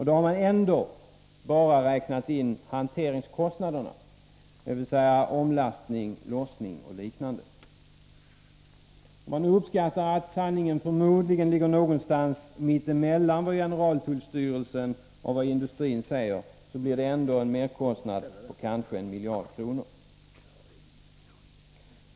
Då har man ändå bara räknat in hanteringskostnaderna, dvs. omlastning, lossning och liknande. Om man uppskattar att sanningen förmodligen ligger någonstans mellan vad generaltullstyrelsen och industrin säger, blir det ändå en merkostnad på kanske en miljard kronor.